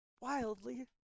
wildly